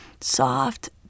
soft